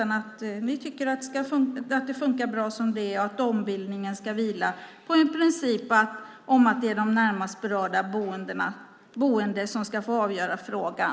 Ni tycker att det funkar bra som det är och att ombildningen ska vila på en princip om att det är de närmast berörda boende som ska få avgöra frågan.